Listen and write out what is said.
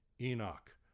Enoch